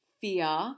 fear